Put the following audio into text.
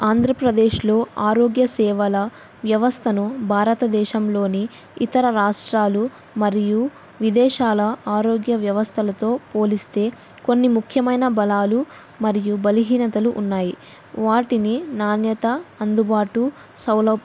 ఆంధ్రప్రదేశ్లో ఆరోగ్య సేవల వ్యవస్థను భారతదేశంలోని ఇతర రాష్ట్రాలు మరియు విదేశాల ఆరోగ్య వ్యవస్థలతో పోలిస్తే కొన్ని ముఖ్యమైన బలాలు మరియు బలిహీనతలు ఉన్నాయి వాటిని నాణ్యత అందుబాటు సౌల